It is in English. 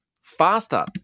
faster